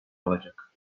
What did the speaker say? alacak